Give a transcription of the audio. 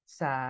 sa